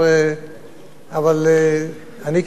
אבל אני,